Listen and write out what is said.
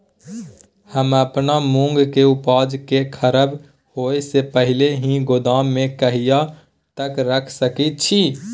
हम अपन मूंग के उपजा के खराब होय से पहिले ही गोदाम में कहिया तक रख सके छी?